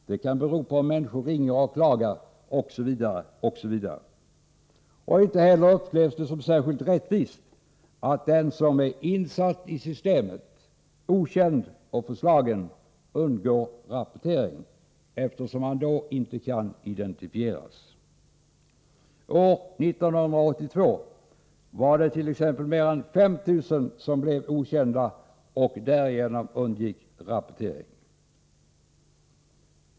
Det kan bero på om människor ringer och klagar, osv. Och inte heller upplevs det som särskilt rättvist att den som är insatt i systemet, okänd och förslagen undgår rapportering, eftersom han inte kan identifieras. År 1982 var det t.ex. mer än 5 000 som förblev okända och därigenom undgick rapportering.